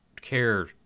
care